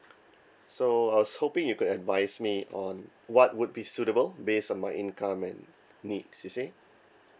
so I was hoping you could advise me on what would be suitable based on my income and needs you see